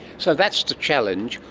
so that's the challenge.